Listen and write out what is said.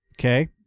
okay